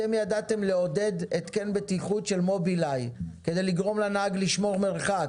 אתם ידעתם לעודד התקן בטיחות של מובילאיי כדי לגרום לנהג לשמור מרחק,